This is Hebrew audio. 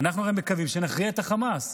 אנחנו הרי מקווים שנכריע את חמאס,